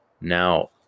Now